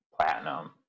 Platinum